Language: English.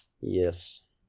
Yes